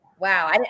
Wow